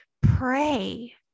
Pray